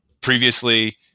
previously